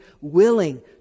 willing